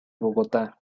bogotá